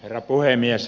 herra puhemies